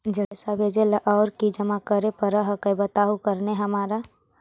जड़ी पैसा भेजे ला और की जमा करे पर हक्काई बताहु करने हमारा?